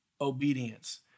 obedience